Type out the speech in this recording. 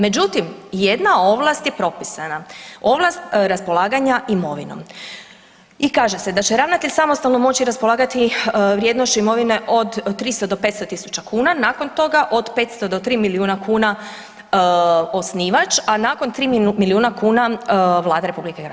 Međutim, jedna ovlast je propisana, ovlast raspolaganja imovinom i kaže se da će ravnatelj samostalno moći raspolagati vrijednošću imovine od 300 do 500.000 kuna nakon toga od 500 do 3 milijuna kuna osnivač, a nakon 3 milijuna kuna Vlada RH.